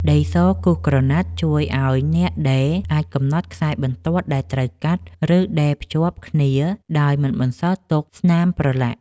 ដីសគូសក្រណាត់ជួយឱ្យអ្នកដេរអាចកំណត់ខ្សែបន្ទាត់ដែលត្រូវកាត់ ឬដេរភ្ជាប់គ្នាដោយមិនបន្សល់ទុកស្នាមប្រឡាក់។